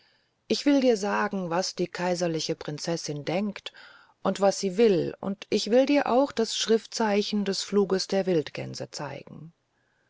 ich will dir sagen was die kaiserliche prinzessin denkt und was sie will und will dir auch das schriftzeichen des fluges der wildgänse zeigen